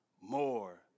more